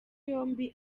yombi